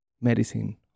medicine